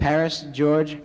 paris george